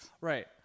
Right